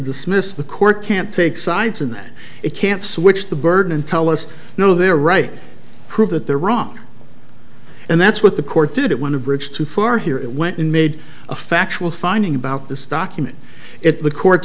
dismiss the court can't take sides and it can't switch the burden and tell us no they're right prove that they're wrong and that's what the court did it went a bridge too far here it went and made a factual finding about this document if the court